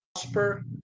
prosper